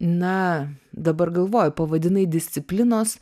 na dabar galvoju pavadinai disciplinos